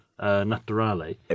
naturale